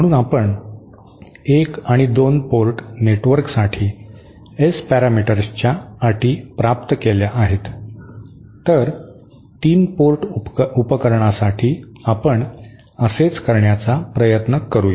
म्हणून आपण 1 आणि 2 पोर्ट नेटवर्कसाठी एस पॅरामीटर्सच्या अटी प्राप्त केल्या आहेत तर 3 पोर्ट उपकरणासाठी आपण असेच करण्याचा प्रयत्न करूया